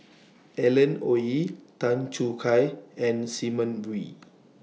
Alan Oei Tan Choo Kai and Simon Wee